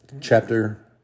chapter